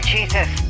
Jesus